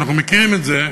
ואנחנו מכירים את זה,